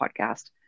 podcast